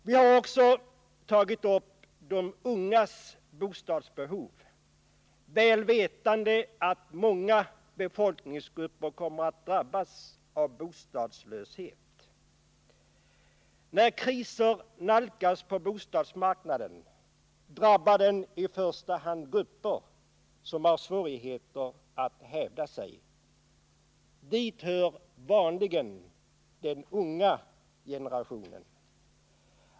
Vi har också tagit upp frågan om de ungas bostadsbehov — väl vetande att många befolkningsgrupper kommer att drabbas av bostadslöshet. När kriser nalkas på bostadsmarknaden drabbar de i första hand grupper som har svårigheter att hävda sig. Dit hör vanligen den unga generationen.